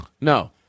No